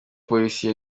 polisi